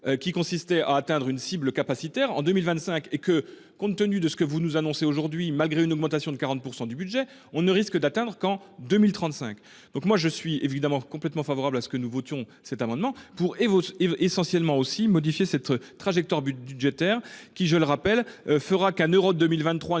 Qui consistait à atteindre une cible capacitaire en 2025 et que compte tenu de ce que vous nous annoncez aujourd'hui malgré une augmentation de 40% du budget, on ne risque d'atteindre qu'en 2035. Donc moi je suis évidemment complètement favorable à ce que nous votions cet amendement pour Evo il essentiellement aussi modifier cette trajectoire budgétaire qui je le rappelle fera qu'un euro 2023